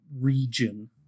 region